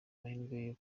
amahirwe